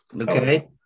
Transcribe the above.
Okay